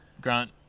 Grant